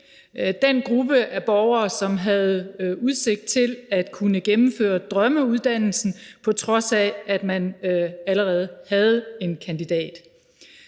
den gruppe af borgere, som havde udsigt til at kunne gennemføre drømmeuddannelsen, på trods af at man allerede havde en